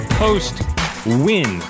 post-win